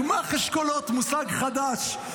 גמ"ח אשכולות, מושג חדש.